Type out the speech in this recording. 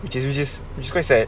which is which is which is quite sad